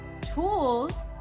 tools